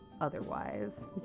otherwise